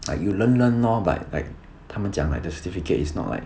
like you learn learn lor but like 他们讲 like the certificate is not like